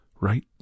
Right